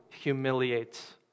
humiliates